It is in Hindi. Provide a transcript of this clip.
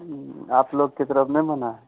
आप लोग की तरफ़ नहीं बना है